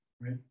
right